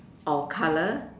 or colour